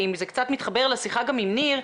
זה קצת מתחבר לשיחה גם עם ניר.